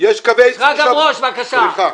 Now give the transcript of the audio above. שרגא ברוש, בבקשה.